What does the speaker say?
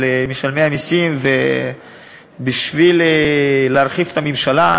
משלמי המסים בשביל להרחיב את הממשלה,